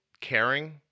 caring